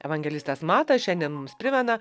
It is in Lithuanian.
evangelistas matas šiandien mums primena